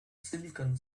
silicon